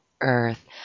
Earth